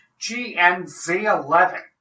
GNZ11